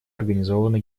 организовано